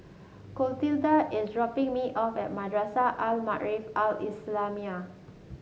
Clotilda is dropping me off at Madrasah Al Maarif Al Islamiah